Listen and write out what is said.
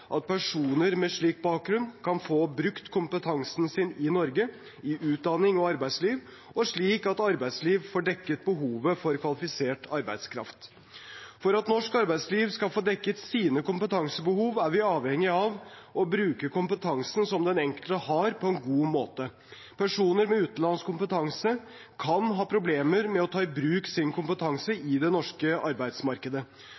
at personer med slik bakgrunn kan få brukt kompetansen sin i Norge i utdanning og arbeidsliv, slik at arbeidslivet får dekket behovet for kvalifisert arbeidskraft. For at norsk arbeidsliv skal få dekket sine kompetansebehov, er vi avhengige av å bruke kompetansen som den enkelte har, på en god måte. Personer med utenlandsk kompetanse kan ha problemer med å ta i bruk sin kompetanse